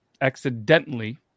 accidentally